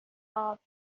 off